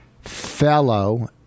fellow